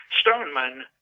Stoneman